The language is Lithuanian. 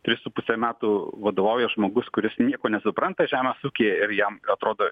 tris su puse metų vadovauja žmogus kuris nieko nesupranta žemės ūkyje ir jam atrodo